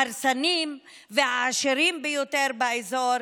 ההרסניים והעשירים ביותר באזור,